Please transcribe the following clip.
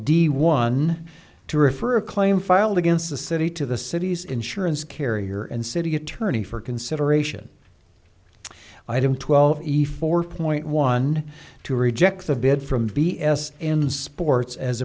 d one to refer a claim filed against the city to the city's insurance carrier and city attorney for consideration item twelve efore point one two reject the bid from b s in sports as